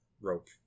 rope